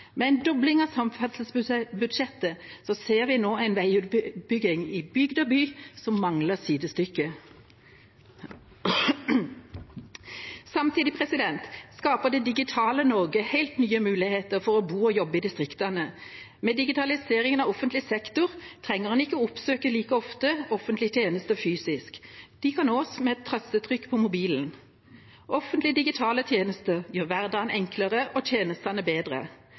Med en dobling av samferdselsbudsjettet ser vi nå en veiutbygging i bygd og by som mangler sidestykke. Samtidig skaper det digitale Norge helt nye muligheter for å bo og jobbe i distriktene. Med digitaliseringen av offentlig sektor trenger en ikke like ofte oppsøke offentlige tjenester fysisk. De kan nås med et tastetrykk på mobilen. Offentlige digitale tjenester gjør hverdagen enklere og tjenestene bedre,